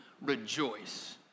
rejoice